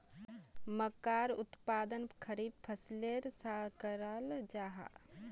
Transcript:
मक्कार उत्पादन खरीफ फसलेर सा कराल जाहा